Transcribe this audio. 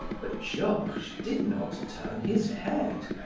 but georges did not turn his head.